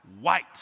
white